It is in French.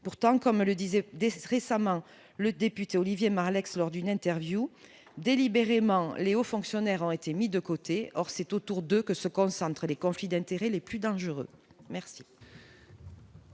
pourtant, comme le disait DES récemment le député Olivier Marlex lors d'une interview délibérément Les Hauts fonctionnaires ont été mis de côté, or, c'est au tour 2 que se concentrent les conflits d'intérêts les plus dangereux, merci.